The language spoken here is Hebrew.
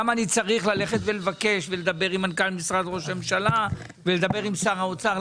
למה אני צריך ללכת ולבקש ולדבר עם מנכ"ל ראש הממשלה ולדבר עם שר האוצר?